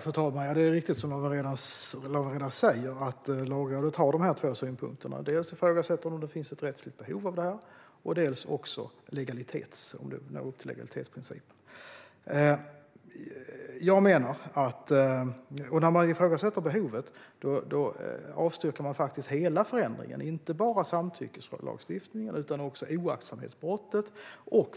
Fru talman! Det är riktigt, som Lawen Redar säger, att Lagrådet har dessa två synpunkter. Dels ifrågasätter man om det finns ett rättsligt behov av detta, dels om det når upp till legalitetsprincipen. När man ifrågasätter behovet avstyrker man faktiskt hela förändringen, inte bara samtyckeslagstiftningen utan också oaktsamhetsbrottet och